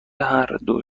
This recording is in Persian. هردو